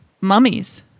mummies